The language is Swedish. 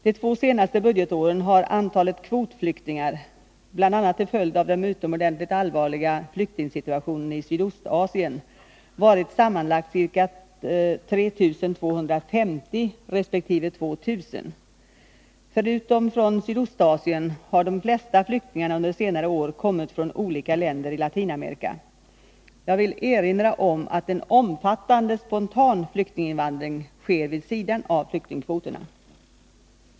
De två senaste budgetåren har antalet kvotflyktingar — bl.a. till följd av den utomordentligt allvarliga flyktingsituationen i Sydostasien — varit sammanlagt ca 3 250 resp. 2 000. Förutom från Sydostasien har de flesta flyktingar under senare år kommit från olika länder i Latinamerika. Jag vill erinra om att en omfattande spontan flyktinginvandring sker vid sidan av flyktingkvoterna.